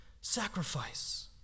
sacrifice